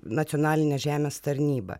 nacionalinę žemės tarnybą